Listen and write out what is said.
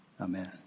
Amen